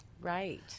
Right